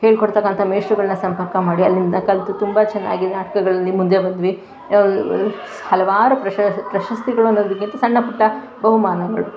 ಹೇಳ್ಕೊಡ್ತಕ್ಕಂಥ ಮೇಷ್ಟ್ರುಗಳನ್ನು ಸಂಪರ್ಕ ಮಾಡಿ ಅಲ್ಲಿಂದ ಕಲಿತು ತುಂಬ ಚೆನ್ನಾಗಿ ನಾಟಕಗಳಲ್ಲಿ ಮುಂದೆ ಬಂದ್ವಿ ಹಲವಾರು ಪ್ರಶಸ್ ಪ್ರಶಸ್ತಿಗಳು ಅನ್ನೋದಕ್ಕಿಂತ ಸಣ್ಣ ಪುಟ್ಟ ಬಹುಮಾನಗಳು